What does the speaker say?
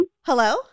Hello